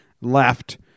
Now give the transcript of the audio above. left